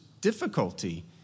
difficulty